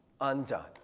undone